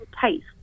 taste